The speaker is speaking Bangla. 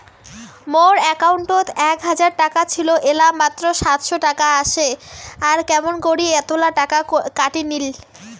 মোর একাউন্টত এক হাজার টাকা ছিল এলা মাত্র সাতশত টাকা আসে আর কেমন করি এতলা টাকা কাটি নিল?